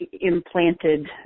implanted